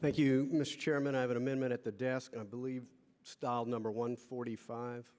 thank you mr chairman i have an amendment at the desk i believe styled number one forty five